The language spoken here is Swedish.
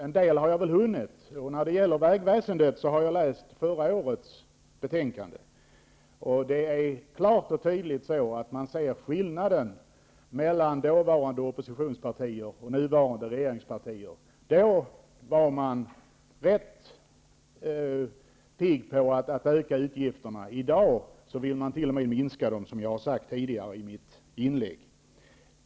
En del har jag hunnit läsa, och när det gäller vägväsendet har jag läst förra årets betänkande. Man ser klart och tydligt skillnaden mellan dåvarande oppositionspartier och nuvarande regeringspartier. Då var man rätt pigg på att öka utgifterna. I dag vill man t.o.m. minska dem, såsom jag har sagt i mitt tidigare inlägg.